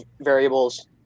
variables